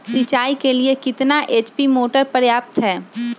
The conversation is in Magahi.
सिंचाई के लिए कितना एच.पी मोटर पर्याप्त है?